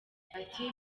ati